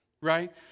Right